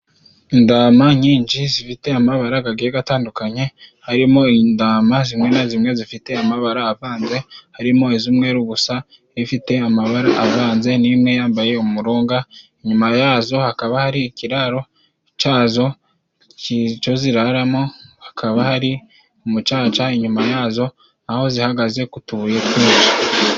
Indama nyinji zifite amabara gagiye gatandukanye harimo indama zimwe na zimwe zifite amabara avanze, harimo iz'umweru gusa n' ifite amabara avanze ,n'imwe yambaye umurunga, inyuma yazo hakaba hari ikiraro cazo co ziraramo hakaba hari umucaca inyuma yazo aho zihagaze ku tubuye twinji.